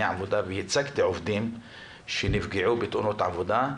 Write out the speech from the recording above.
עבודה וייצגתי עובדים שנפגעו בתאונות עבודה.